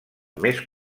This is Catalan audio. més